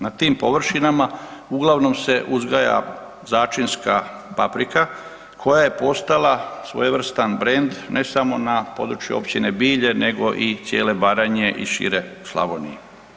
Na tim površinama uglavnom se uzgaja začinska paprika koja je postala svojevrstan brend ne samo na području Općine Bilje nego i cijele Baranje i šire u Slavoniji.